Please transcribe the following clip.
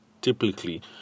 typically